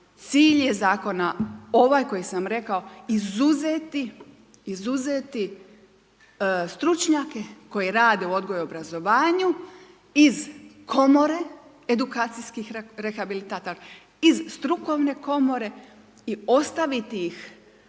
cilj je zakona ovaj koji sam rekao izuzeti stručnjake koji rade u odgoju i obrazovanju iz komore edukacijskih rehabilitatora iz strukovne komore i ostaviti ih